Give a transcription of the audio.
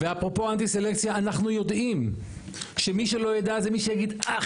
ואפרופו אנטי סלקציה אנחנו יודעים שמי שלא יידע זה מי שיגיד 'אח,